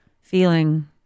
feeling